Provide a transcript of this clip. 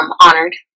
Honored